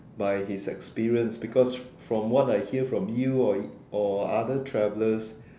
by his experience because from what I hear from you are or other travelers